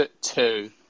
Two